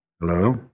Hello